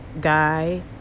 guy